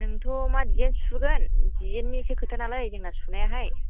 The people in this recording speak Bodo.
जोंथ' मा डिजाइन सुहोगोन डिजाइन निसो खोथानालाय जोंना सुनायाहाय